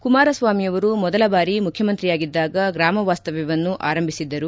ಕುಮಾರಸ್ವಾಮಿಯವರು ಮೊದಲ ಬಾರಿ ಮುಖ್ಯಮಂತ್ರಿಯಾಗಿದ್ದಾಗ ಗ್ರಾಮವಾಸ್ತವ್ಯವನ್ನು ಆರಂಭಿಸಿದ್ದರು